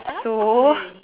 so